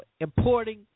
importing